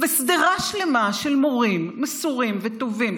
ושדרה שלמה של מורים מסורים וטובים,